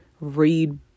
read